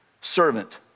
servant